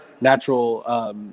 natural